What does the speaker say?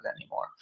anymore